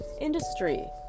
industry